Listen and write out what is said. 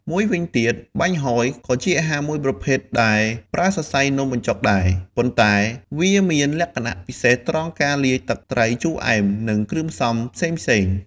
មួយវិញទៀតបាញ់ហ៊យ ក៏ជាអាហារមួយប្រភេទដែលប្រើសរសៃនំបញ្ចុកដែរ ប៉ុន្តែវាមានលក្ខណៈពិសេសត្រង់ការលាយទឹកត្រីជូរអែម និងគ្រឿងផ្សំផ្សេងៗ។